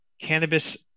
cannabis